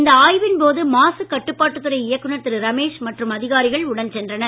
இந்த ஆய்வின் போது மாசுக் கட்டுப்பாட்டுத் துறை இயக்குநர் திரு ரமேஷ் மற்றும் அதிகாரிகள் உடன் சென்றனர்